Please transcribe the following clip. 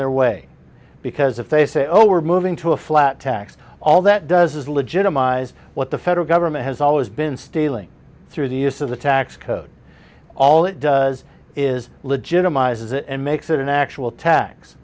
their way because if they say oh we're moving to a flat tax all that does is legitimize what the federal government has always been stealing through the use of the tax code all it does is legitimize it and makes it an actual tax